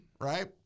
right